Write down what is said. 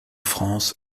france